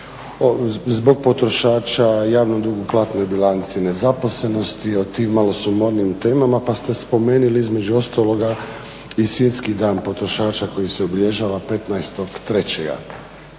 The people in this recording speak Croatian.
zbog potrošačka, javnog duga, platnoj bilanci, nezaposlenosti, o tim malo sumornim temama pa ste spomenuli između ostaloga i Svjetski dan potrošača koji se obilježava 15.3.